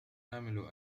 آمل